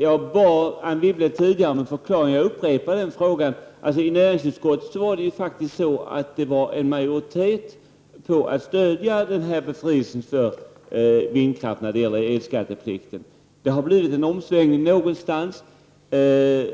Jag bad Anne Wibble tidigare om en förklaring, och jag upprepar min fråga: I näringsutskottet var det faktiskt majoritet för att befria vindkraftverk från elskatteplikten. Det har blivit en omsvängning någonstans, och